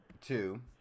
two